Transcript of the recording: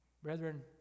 Brethren